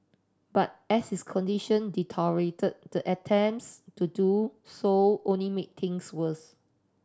but as his condition deteriorated the attempts to do so only made things worse